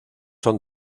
son